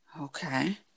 Okay